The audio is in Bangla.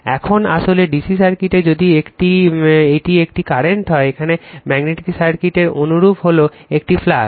এখন আসলে DC সার্কিটে যদি এটি একটি কারেন্ট হয় এখানে ম্যাগনেটিক সার্কিটের অনুরূপ হলো একটি ফ্লাক্স